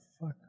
fuck